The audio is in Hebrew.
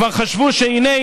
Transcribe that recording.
כבר חשבו שהינה,